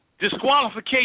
Disqualification